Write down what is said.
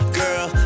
girl